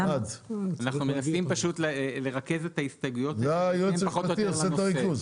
אנחנו מנסים לרכז את ההסתייגויות שיתאימו פחות או יותר לנושא.